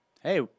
Hey